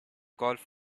golf